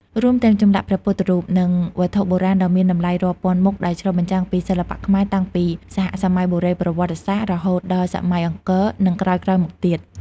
រួមទាំងចម្លាក់ព្រះពុទ្ធរូប និងវត្ថុបុរាណដ៏មានតម្លៃរាប់ពាន់មុខដែលឆ្លុះបញ្ចាំងពីសិល្បៈខ្មែរតាំងពីសហសម័យបុរេប្រវត្តិសាស្ត្ររហូតដល់សម័យអង្គរ និងក្រោយៗមកទៀត។